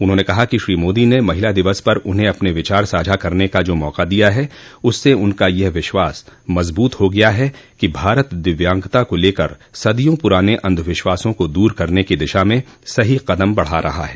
उन्होंने कहा कि श्री मोदी ने महिला दिवस पर उन्हें अपने विचार साझा करने का जो मौका दिया है उससे उनका यह विश्वास मजबूत हो गया है कि भारत दिव्यांगता को लेकर सदियों पुराने अंधविश्वासों को दूर करने की दिशा में सही कदम बढ़ा रहा है